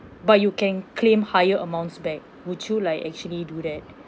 but you can claim higher amounts back would you like actually do that